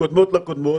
וקודמות לקודמות,